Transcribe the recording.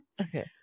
Okay